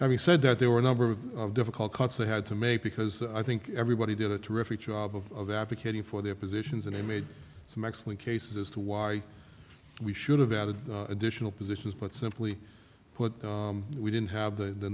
having said that there were a number of difficult concept had to make because i think everybody did a terrific job of advocating for their positions and they made some excellent case as to why we should have added additional positions but simply put we didn't have the